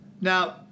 Now